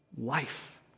life